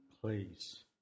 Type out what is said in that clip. place